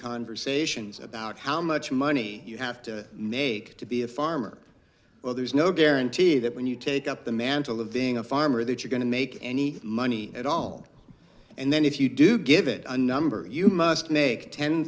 conversations about how much money you have to make to be a farmer well there's no guarantee that when you take up the mantle of being a farmer that you're going to make any money at all and then if you do give it a number you must make ten